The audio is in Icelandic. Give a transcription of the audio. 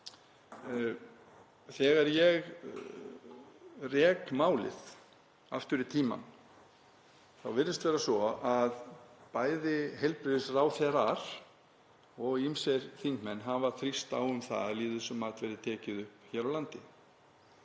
Þegar ég rek málið aftur í tímann þá virðist það vera svo að bæði heilbrigðisráðherrar og ýmsir þingmenn hafi þrýst á um að lýðheilsumat verði tekið upp hér á landi.